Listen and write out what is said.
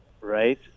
Right